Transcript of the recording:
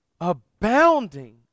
abounding